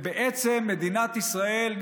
בעצם מדינת ישראל,